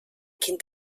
kind